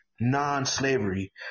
non-slavery